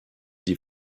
die